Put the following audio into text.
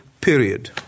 period